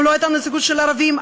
ולא הייתה נציגות של ערבים,